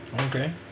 Okay